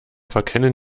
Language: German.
verkennen